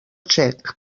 txec